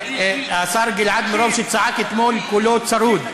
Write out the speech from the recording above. השר גלעד, מרוב שצעק אתמול, כולו צרוד.